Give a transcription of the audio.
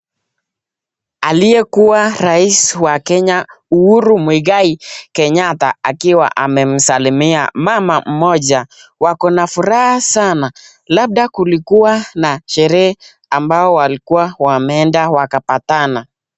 Aliyekuwa rais wa Kenya Uhuru Muigai Kenyatta akiwa amemsalamia mama mmoja. Wako na furaha sana labda kulikuwa na sherehe ambao walikuwa wameenda wakapatana.